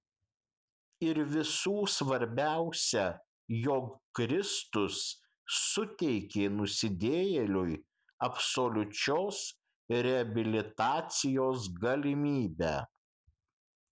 ir visų svarbiausia jog kristus suteikė nusidėjėliui absoliučios reabilitacijos galimybę